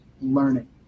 learning